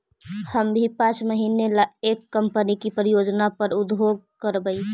हम भी पाँच महीने ला एक कंपनी की परियोजना पर उद्योग करवई